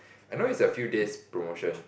I know is a few days promotion